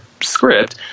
script